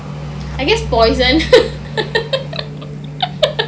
I guess poison